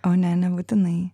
o ne nebūtinai